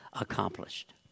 accomplished